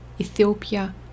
Ethiopia